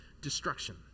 destruction